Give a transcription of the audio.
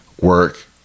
work